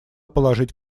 положить